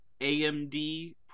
AMD